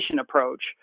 approach